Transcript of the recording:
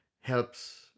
helps